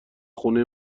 خونه